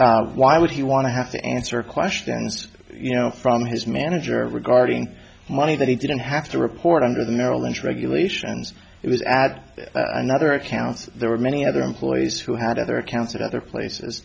so why would he want to have to answer questions you know from his manager regarding money that he didn't have to report under the merrill lynch regulations it was add another account there were many other employees who had other accounts at other places